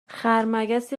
خرمگسی